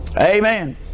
Amen